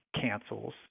cancels